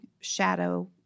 shadow